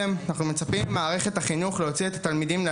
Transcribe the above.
מצפים ממערכת החינוך להפעיל סיורים לתלמידים בעיר,